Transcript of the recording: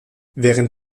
während